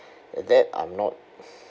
that I'm not